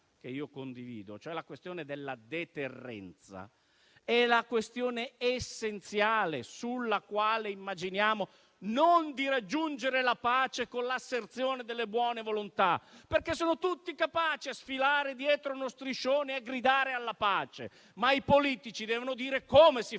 che condivido, cioè quella della deterrenza, è essenziale. Non immaginiamo, cioè, di raggiungere la pace con l'asserzione delle buone volontà, perché sono tutti capaci di sfilare dietro a uno striscione e di gridare alla pace, ma i politici devono dire come si fa,